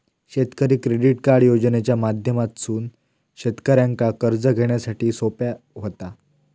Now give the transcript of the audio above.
शेतकरी credit card योजनेच्या माध्यमातसून शेतकऱ्यांका कर्ज घेण्यासाठी सोप्या व्हता